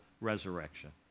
resurrection